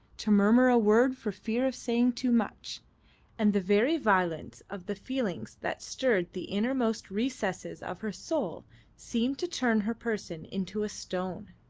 to murmur a word for fear of saying too much and the very violence of the feelings that stirred the innermost recesses of her soul seemed to turn her person into a stone.